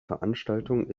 veranstaltung